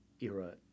era